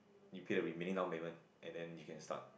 you pay the remaining down payment and then you can start